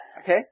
okay